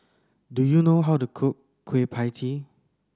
do you know how to cook Kueh Pie Tee